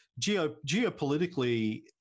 Geopolitically